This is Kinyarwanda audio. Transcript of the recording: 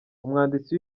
umwanditsi